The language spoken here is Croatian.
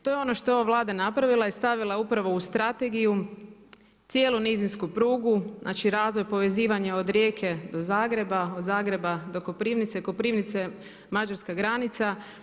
To je ono što je ova Vlada napravila, je stavila upravo u strategiju cijelu nizinsku prugu, znači razvoj povezivanja od Rijeke do Zagreba, od Zagreba do Koprivnice, Koprivnice, Mađarska granica.